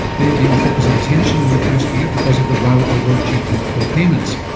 they've been the focus of attention in the past year because of the row over gp co-payments.